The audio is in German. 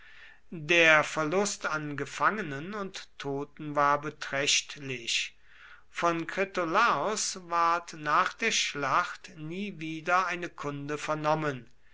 der verlust an gefangenen und toten war beträchtlich von kritolaos ward nach der schlacht nie wieder eine kunde vernommen